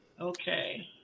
Okay